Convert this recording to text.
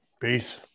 Peace